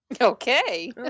Okay